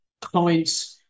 clients